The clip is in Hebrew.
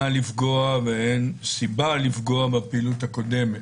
לפגוע ואין סיבה לפגוע בפעילות הקודמת.